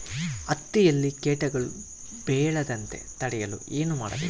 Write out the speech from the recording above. ಹತ್ತಿಯಲ್ಲಿ ಕೇಟಗಳು ಬೇಳದಂತೆ ತಡೆಯಲು ಏನು ಮಾಡಬೇಕು?